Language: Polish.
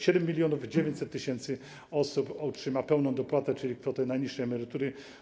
7900 tys. osób otrzyma pełną dopłatę, czyli kwotę najniższej emerytury.